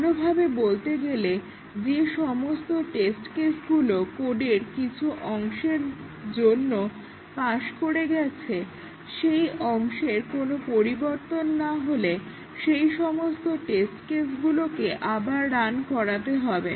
অন্যভাবে বলতে গেলে যে সমস্ত টেস্ট কেসগুলো কোডের কিছু অংশের জন্য পাস করে গেছে সেই অংশের কোনো পরিবর্তন না হলে সেই সমস্ত টেস্ট কেসগুলোকে আবার রান করাতে হবে